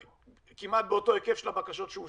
זה כמעט באותו היקף של הבקשות שאושרו.